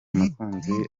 mukunzi